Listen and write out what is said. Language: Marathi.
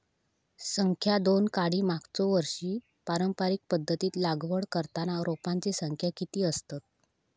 संख्या दोन काडी मागचो वर्षी पारंपरिक पध्दतीत लागवड करताना रोपांची संख्या किती आसतत?